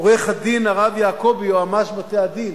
עורך-הדין הרב יעקבי, יועץ משפטי של בתי-הדין.